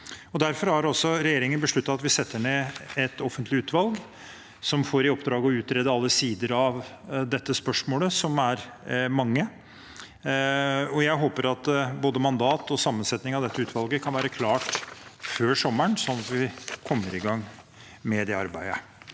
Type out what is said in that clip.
Derfor har regjeringen besluttet å sette ned et offentlig utvalg som får i oppdrag å utrede alle sider av dette spørsmålet, og det er mange. Jeg håper at både mandat og sammensetning av dette utvalget kan være klart før sommeren, sånn at vi kommer i gang med det arbeidet.